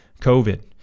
COVID